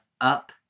up